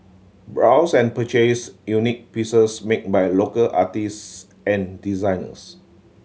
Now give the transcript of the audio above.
browse and purchase unique pieces make by local artists and designers